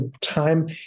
time